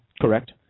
Correct